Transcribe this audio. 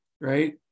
right